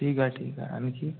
ठीक आहे ठीक आहे आणखी